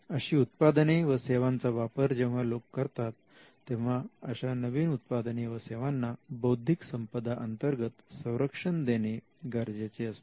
अशी उत्पादने व सेवांचा वापर जेव्हा लोक करतात तेव्हा अशा नवीन उत्पादने व सेवांना बौद्धिक संपदा अंतर्गत संरक्षण देणे गरजेचे असते